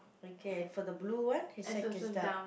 okay for the blue one his sack is down